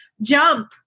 jump